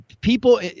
people